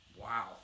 Wow